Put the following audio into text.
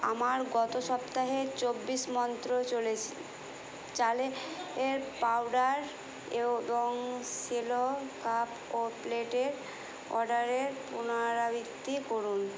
আমার গত সপ্তাহে চব্বিশ মন্ত্র চলেছ চালে এর পাউডার এবং সেলো কাপ ও প্লেটের অর্ডারের পুনরাবৃত্তি করুন